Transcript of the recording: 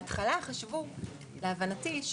להבנתי,